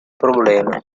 problema